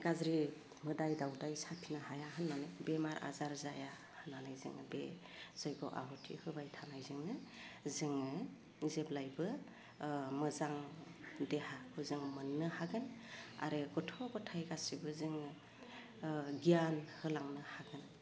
गाज्रि मोदाय दाउदाय साफिनो हाया होन्नानै बेमार आजार जाया होन्नानै जोङो बे जय्ग' आहुथि होबाय थानायजोंनो जोङो जेब्लायबो ओह मोजां देहाखौ जों मोन्नो हागोन आरो गथ' ग'थाइ गासिबो जोङो ओह गियान होलांनो हागोन